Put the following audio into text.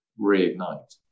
reignite